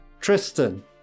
Tristan